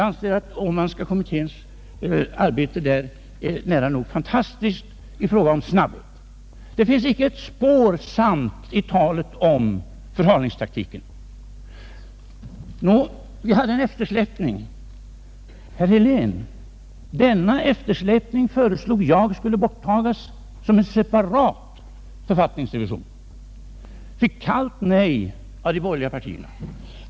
Den Åmanska kommitténs arbete var nära nog fantastiskt i fråga om snabbhet. Det finns sålunda inte ett spår av sanning i talet om förhalningstaktik. Det är sant att vi hade en eftersläpning — men, herr Helén, denna föreslog jag skulle tas bort genom en separat författningsrevision. Där fick jag emellertid ett kallt nej av de borgerliga partierna.